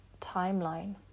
timeline